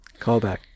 Callback